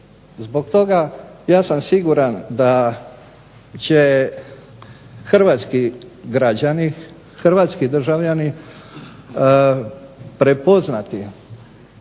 Zbog toga ja sam siguran da će Hrvatski građani, Hrvatski državljani, prepoznati